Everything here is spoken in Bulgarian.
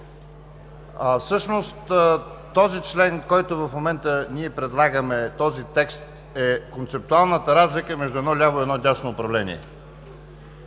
Всъщност този член, който в момента предлагаме, този текст е концептуалната разлика между едно ляво и едно дясно управление.